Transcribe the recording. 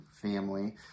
family